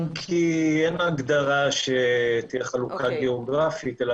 אם כי אין הגדרה שתהיה חלוקה גיאוגרפית אלא